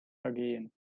ergehen